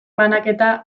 banaketa